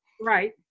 Right